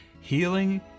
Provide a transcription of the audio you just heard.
healing